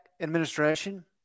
administration